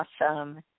Awesome